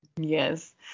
Yes